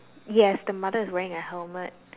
yes the mother is wearing a helmet